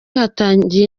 hatangiye